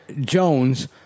Jones